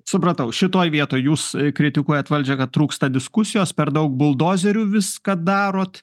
supratau šitoj vietoj jūs kritikuojat valdžią kad trūksta diskusijos per daug buldozeriu viską darot